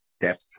depth